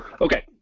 Okay